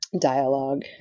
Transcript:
dialogue